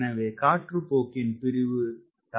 எனவே காற்றுப்போக்கின் பிரிவு தாமதமாக்கப்படுகிறது